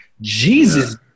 Jesus